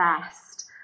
best